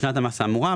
בשנת המס האמורה,